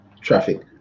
traffic